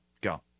Go